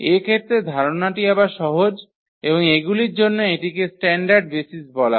এক্ষেত্রে ধারণাটি আবার সহজ এবং এগুলির জন্য এটিকে স্ট্যান্ডার্ড বেসিস বলা হয়